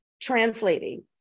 translating